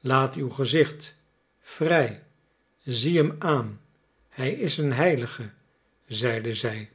laat uw gezicht vrij zie hem aan hij is een heilige zeide zij